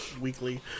weekly